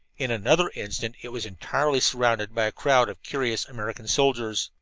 in another instant it was entirely surrounded by a crowd of curious american soldiers.